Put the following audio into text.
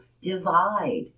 divide